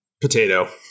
potato